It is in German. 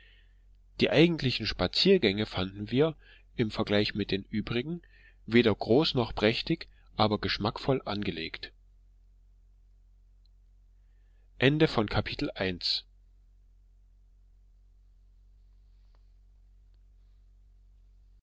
porzellan die eigentlichen spaziergänge fanden wir im vergleich mit den übrigen weder groß noch prächtig aber geschmackvoll angelegt